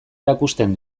erakusten